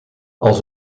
als